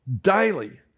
daily